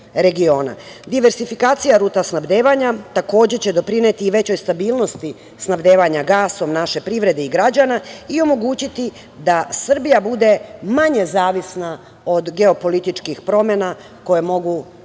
regiona. Diversifikacija ruta snabdevanja, takođe će doprineti i većoj stabilnosti, snabdevanja gasom naše privrede i građana i omogućiti da Srbija bude manje zavisna od geopolitičkih promena, koje mogu da utiču